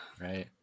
Right